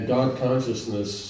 God-consciousness